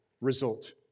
result